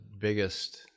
biggest